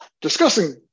discussing